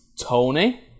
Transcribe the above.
Tony